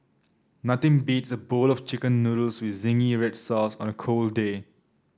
nothing beats a bowl of chicken noodles with zingy red sauce on a cold day